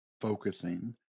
focusing